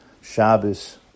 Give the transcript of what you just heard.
Shabbos